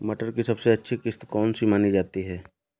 मटर की सबसे अच्छी किश्त कौन सी मानी जाती है?